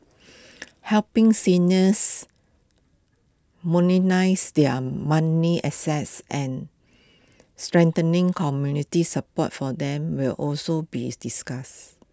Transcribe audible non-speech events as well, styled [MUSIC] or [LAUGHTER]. helping seniors [UNINTELLIGIBLE] their money assets and strengthening community support for them will also be discussed